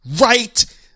Right